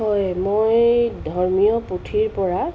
হয় মই ধৰ্মীয় পুথিৰ পৰা